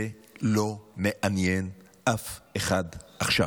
זה לא מעניין אף אחד עכשיו.